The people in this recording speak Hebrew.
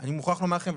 אני מוכרח לומר לכם,